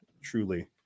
Truly